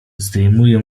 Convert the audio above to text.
zdejmuje